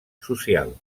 social